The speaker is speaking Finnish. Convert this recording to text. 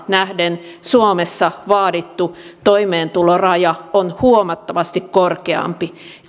nähden suomessa vaadittu toimeentuloraja on huomattavasti korkeampi